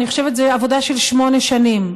אני חושבת שזו עבודה של שמונה שנים,